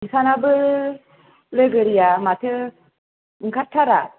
बिसानाबो लोगोरिया माथो ओंखारथारा